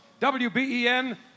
WBEN